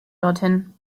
dorthin